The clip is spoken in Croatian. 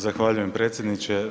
Zahvaljujem predsjedniče.